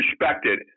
respected